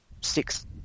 six